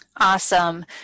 Awesome